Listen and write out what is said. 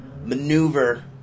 maneuver